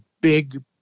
big